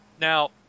Now